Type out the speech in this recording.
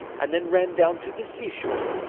and then ran down to the sea-shore,